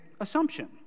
assumption